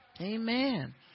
amen